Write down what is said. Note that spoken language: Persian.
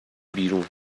بیرون